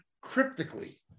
cryptically